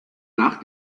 nach